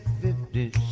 fifty